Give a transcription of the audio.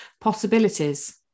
possibilities